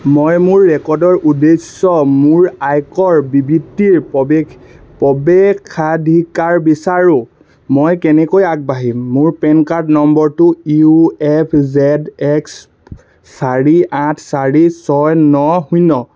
মই মোৰ ৰেকৰ্ডৰ উদ্দেশ্যে মোৰ আয়কৰ বিবৃতিৰ প্ৰৱেশ প্ৰৱেশাধিকাৰ বিচাৰোঁ মই কেনেকৈ আগবাঢ়িম মোৰ পেন কাৰ্ড নম্বৰটো ইউ এফ জেদ এক্স চাৰি আঠ চাৰি ছয় ন শূন্য